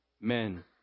men